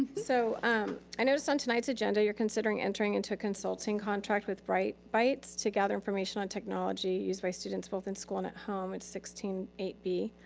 so i noticed on tonight's agenda, you're considering entering into a consulting contract with bright bites to gather information on technology used by students both in school and at home. it's sixteen eight b.